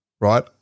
right